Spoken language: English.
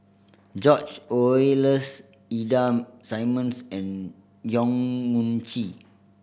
George Oehlers Ida Simmons and Yong Mun Chee